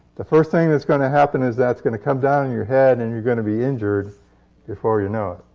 the first thing that's going to happen is that's going to come down on your head, and you're going to be injured before you know it.